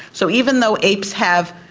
so even though apes have,